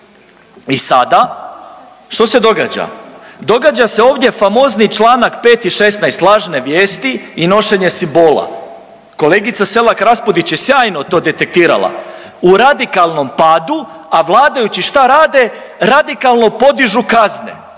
I sada, što se događa? Događa se ovdje famozni Članak 5. i 16. lažne vijesti i nošenje simbola. Kolegica Selak Raspudić je to sjajno detektirala. U radikalnom padu, a vladajući šta rade, radikalno podižu kazne